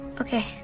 Okay